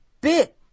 bit